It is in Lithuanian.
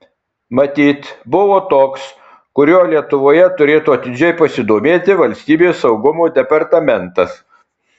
matyt buvo toks kuriuo lietuvoje turėtų atidžiai pasidomėti valstybės saugumo departamentas